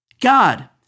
God